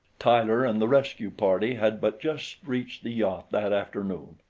tyler and the rescue party had but just reached the yacht that afternoon.